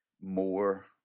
more